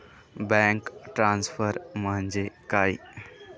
Bank transfer म्हणजे काय?